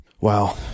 Wow